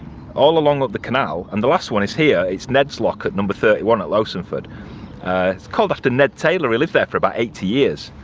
all along of the canal and the last one is here, it's ned's lock, number thirty one at lowsonford. it's called after ned taylor, he lived there for about eighty years.